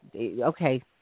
okay